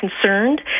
concerned